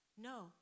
No